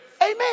Amen